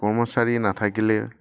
কৰ্মচাৰী নাথাকিলে